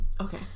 okay